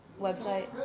website